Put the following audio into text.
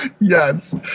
Yes